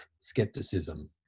skepticism